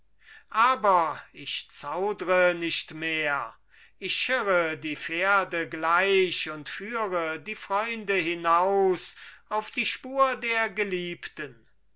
aber ich zaudre nicht mehr ich schirre die pferde gleich und führe die freunde hinaus auf die spur der geliebten